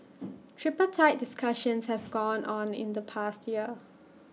tripartite discussions have gone on in the past year